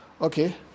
okay